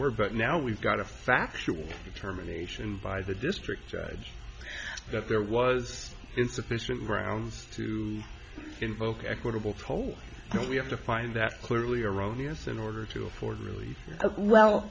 word but now we've got a factual determination by the district judge that there was insufficient grounds to invoke equitable poll we have to find that clearly erroneous in order to afford really well